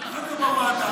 יאיר, זאת רק קריאה טרומית.